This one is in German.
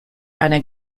eine